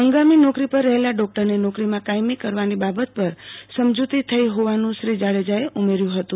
હંગામી નોકરી પર રહેલા ડોકટરને નોકરી માં કાયમી કરવાની બાબત પર સમજૂતી થઈ હોવાનું શ્રી જાડેજાએ ઉમેર્યું હતું